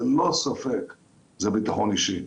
ללא ספק זה ביטחון אישי,